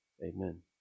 Amen